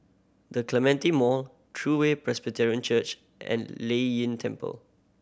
The Clementi Mall True Way Presbyterian Church and Lei Yin Temple